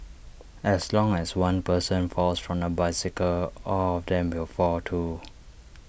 as long as one person falls from the bicycle all of them will fall too